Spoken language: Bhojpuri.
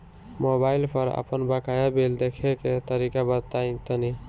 मोबाइल पर आपन बाकाया बिल देखे के तरीका बताईं तनि?